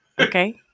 okay